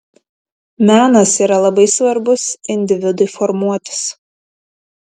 menas yra labai svarbus individui formuotis